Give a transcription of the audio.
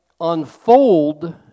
unfold